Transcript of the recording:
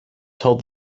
told